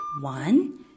One